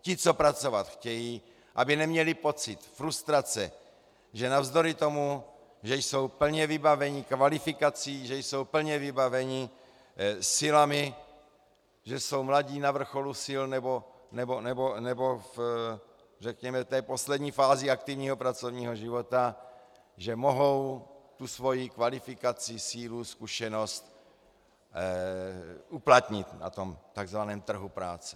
Ti, co pracovat chtějí, aby neměli pocit frustrace, že navzdory tomu, že jsou plně vybaveni kvalifikací, že jsou plně vybaveni silami, že jsou mladí, na vrcholu sil, nebo řekněme v poslední fázi aktivního pracovního života, že mohou tu svoji kvalifikaci, sílu, zkušenost uplatnit na tom takzvaném trhu práce.